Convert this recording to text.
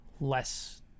Less